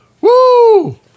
Woo